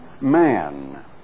man